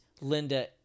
Linda